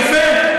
יפה.